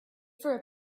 for